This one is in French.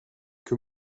que